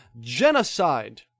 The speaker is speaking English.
Genocide